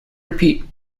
repeat